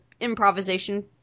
improvisation